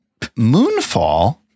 Moonfall